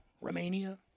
Romania